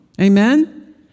Amen